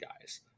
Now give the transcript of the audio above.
Guys